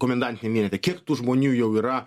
komendantiniam vienete kiek tų žmonių jau yra